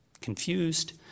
confused